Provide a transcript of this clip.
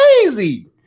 crazy